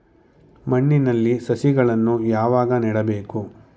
ಮಣ್ಣಿನಲ್ಲಿ ಸಸಿಗಳನ್ನು ಯಾವಾಗ ನೆಡಬೇಕು?